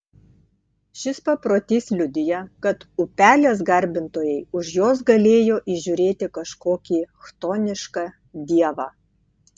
šis paprotys liudija kad upelės garbintojai už jos galėjo įžiūrėti kažkokį chtonišką dievą